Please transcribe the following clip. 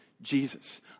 Jesus